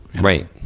Right